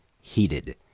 heated